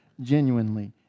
genuinely